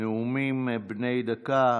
נאומים בני דקה.